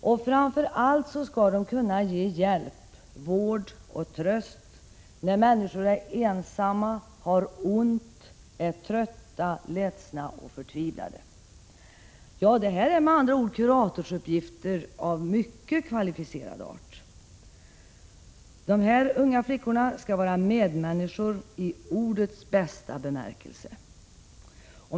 Och framför allt skall de kunna ge hjälp, vård och tröst när människor är ensamma, har ont, är trötta, ledsna och förtvivlade. De har med andra ord kuratorsuppgifter av mycket kvalificerad art. Dessa unga flickor skall vara medmänniskor i ordets bästa bemärkelse.